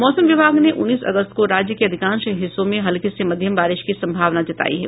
मौसम विभाग ने उन्नीस अगस्त को राज्य के अधिकांश हिस्सों में हल्की से मध्यम बारिश की संभावना जतायी है